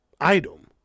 item